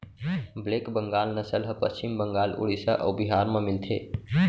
black Bengal नसल ह पस्चिम बंगाल, उड़ीसा अउ बिहार म मिलथे